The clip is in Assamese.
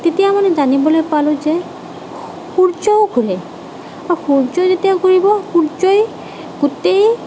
তেতিয়া মানে জানিবলৈ পালোঁ যে সূৰ্যও ঘূৰে সূৰ্যই যেতিয়া ঘূৰিব সূৰ্যই গোটেই